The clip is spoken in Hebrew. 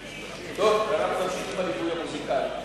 טוב, אנחנו נמשיך עם הליווי המוזיקלי.